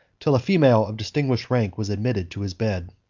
till a female of distinguished rank was admitted to his bed.